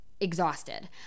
exhausted